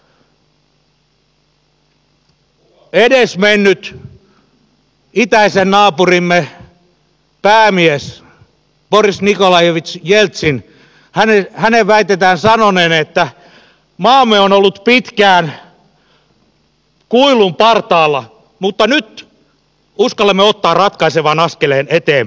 edesmenneen itäisen naapurimme päämiehen boris nikolajevits jeltsinin väitetään sanoneen että maamme on ollut pitkään kuilun partaalla mutta nyt uskallamme ottaa ratkaisevan askeleen eteenpäin